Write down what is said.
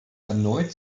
erneut